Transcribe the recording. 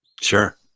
Sure